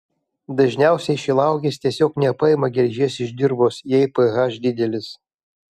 dažniausiai šilauogės tiesiog nepaima geležies iš dirvos jei ph didelis